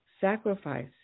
sacrifice